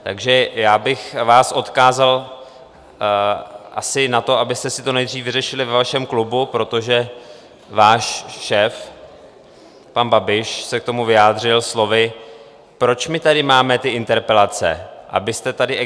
Takže já bych vás odkázal asi na to, abyste si to nejdřív vyřešili ve vašem klubu, protože váš šéf pan Babiš se k tomu vyjádřil slovy: Proč my tady máme ty interpelace, abyste tady exhibovali?